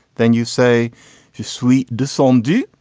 then you say she's sweet, disowned you.